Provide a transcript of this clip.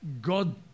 God